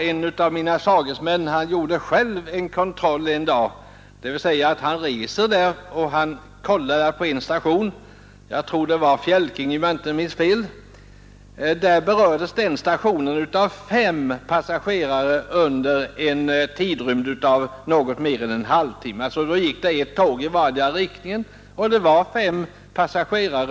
En av mina sagesmän gjorde en dag själv en kontroll genom att resa till en station — om jag inte missminner mig var det fråga om Fjälkinge — och han fann då att det under en tidrymd av något mer än en halvtimme, med ett tåg i vardera riktningen, förekom fem avoch påstigande passagerare.